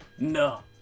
No